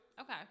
Okay